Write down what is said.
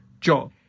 job